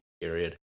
period